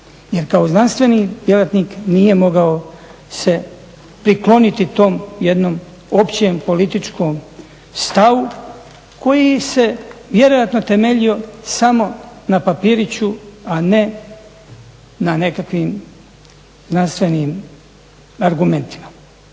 Jer kao znanstveni djelatnik nije mogao se prikloniti tom jednom općem političkom stavu koji se vjerojatno temeljio samo na papiriću a ne na nekakvim znanstvenim argumentima.